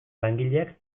langileak